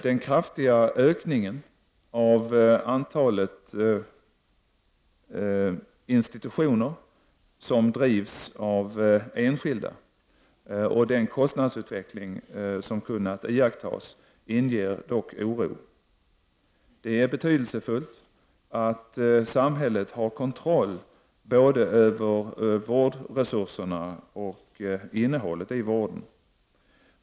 Den kraftiga ökningen av antalet institutioner som drivs av enskilda och den kostnadsutveckling som kunnat iakttas inger dock oro. Det är betydelsefullt att samhället har kontroll både över vårdresurserna och innehållet i vården.